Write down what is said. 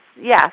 yes